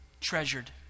treasured